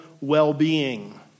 well-being